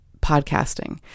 podcasting